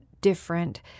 different